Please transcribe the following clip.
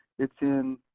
it's in,